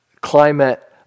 climate